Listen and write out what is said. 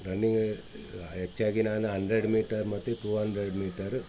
running ಹೆಚ್ಚಾಗಿ ನಾನು hundred metre ಮತ್ತೆ ಟೂ ಅಂಡ್ರೆಡ್ ಮೀಟರು